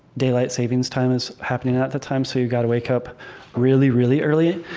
daylight savings time is happening at the time so you've got to wake up really, really early.